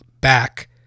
back